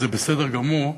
וזה בסדר גמור,